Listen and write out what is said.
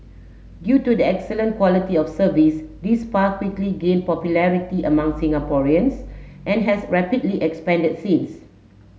due to the excellent quality of service this spa quickly gained popularity among Singaporeans and has rapidly expanded since